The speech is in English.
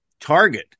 target